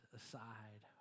aside